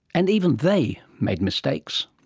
and even they made mistakes.